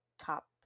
top